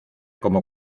como